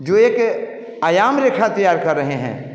जो एक आयाम रेखा तयार कर रहे हैं